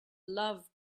love